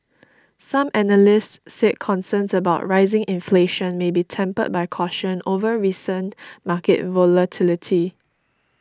some analysts said concerns about rising inflation may be tempered by caution over recent market volatility